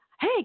hey